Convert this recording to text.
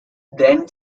then